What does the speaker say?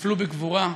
שנפלו בגבורה,